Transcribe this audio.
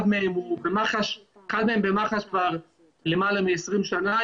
אחד מהם במח"ש כבר למעלה מ-20 שנה,